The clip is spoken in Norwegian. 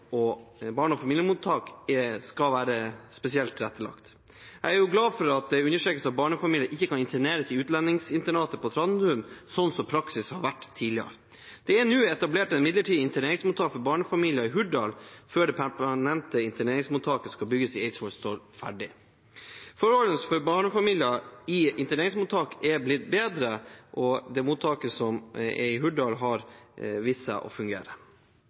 og familiemottak som er spesielt tilrettelagt. Jeg er glad det understrekes at barnefamilier ikke kan interneres i utlendingsinternatet på Trandum, slik praksis har vært tidligere. Det er nå etablert et midlertidig interneringsmottak for barnefamilier i Hurdal, før det permanente interneringsmottaket som skal bygges på Eidsvoll, står ferdig. Forholdene for barnefamilier i interneringsmottak er blitt bedre, og mottaket som er i Hurdal, har vist seg å fungere.